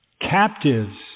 captives